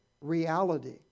reality